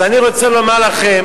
אז אני רוצה לומר לכם,